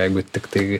jeigu tiktai